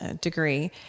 degree